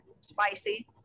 spicy